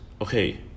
Okay